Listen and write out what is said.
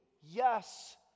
Yes